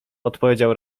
odpowiedział